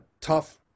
tough